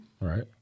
Right